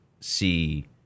see